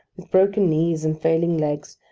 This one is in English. with broken knees and failing legs,